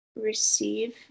receive